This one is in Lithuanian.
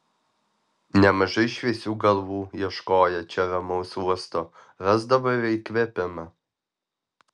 nemažai šviesių galvų ieškoję čia ramaus uosto rasdavo ir įkvėpimą